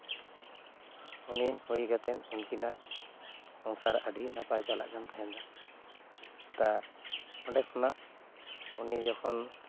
ᱩᱱᱤ ᱦᱩᱭ ᱠᱟᱛᱮ ᱩᱱᱠᱤᱱᱟᱜ ᱥᱚᱝᱥᱟᱨ ᱟᱹᱰᱤ ᱱᱟᱯᱟᱭ ᱪᱟᱞᱟᱜ ᱠᱟᱱ ᱛᱟᱦᱮᱱᱟ ᱛᱟᱨ ᱚᱸᱰᱮ ᱠᱷᱚᱱᱟᱜ ᱩᱱᱤ ᱡᱚᱠᱷᱚᱱ